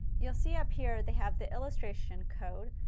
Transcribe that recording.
you will see up here, they have the illustration code.